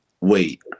Wait